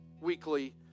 weekly